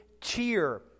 cheer